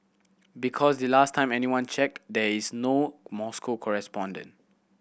because the last time anyone checked there is no Moscow correspondent